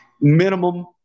minimum